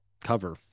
cover